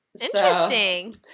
Interesting